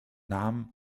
namen